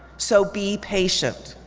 so be patient.